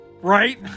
right